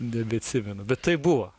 nebeatsimenu bet taip buvo